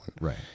Right